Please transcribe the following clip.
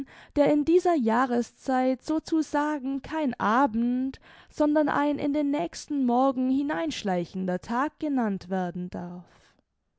der in dieser jahreszeit so zu sagen kein abend sondern ein in den nächsten morgen hinein schleichender tag genannt werden darf